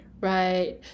right